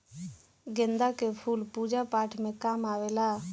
गेंदा के फूल पूजा पाठ में काम आवेला